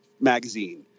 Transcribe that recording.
magazine